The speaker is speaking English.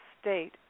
state